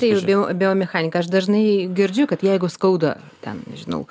tai jau bio biomechanika aš dažnai girdžiu kad jeigu skauda ten nežinau